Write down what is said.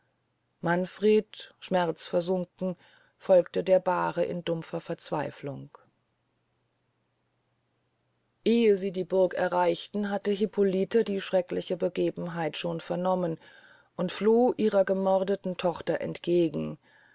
manfred schmerzversunken folgte der bahre in dumpfer verzweiflung ehe sie die burg erreichten hatte hippolite die schreckliche begebenheit schon vernommen und floh ihrer gemordeten tochter entgegen